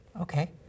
Okay